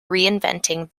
reinventing